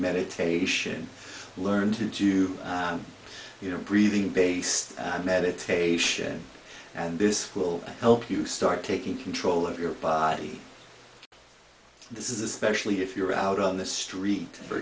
meditation learn to do you know breathing based i'm at it and this will help you start taking control of your body this is especially if you're out on the street for